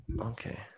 Okay